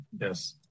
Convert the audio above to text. Yes